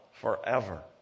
forever